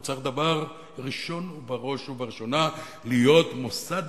הוא צריך בראש ובראשונה להיות מוסד